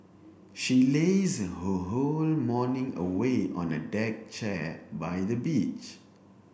she lazed her whole morning away on a deck chair by the beach